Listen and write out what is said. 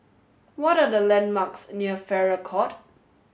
what are the landmarks near Farrer Court